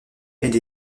elle